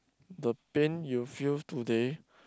the pain you feel today